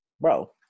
Bro